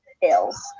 bills